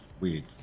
wait